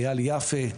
אייל יפה,